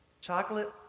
Chocolate